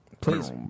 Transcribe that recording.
Please